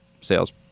sales